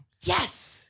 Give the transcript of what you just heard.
Yes